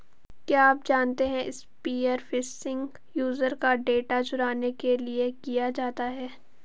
क्या आप जानते है स्पीयर फिशिंग यूजर का डेटा चुराने के लिए किया जाता है?